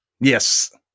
Yes